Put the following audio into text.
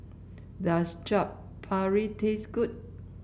does Chaat Papri taste good